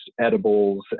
edibles